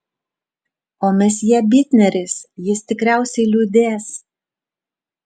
o mesjė bitneris jis tikriausiai liūdės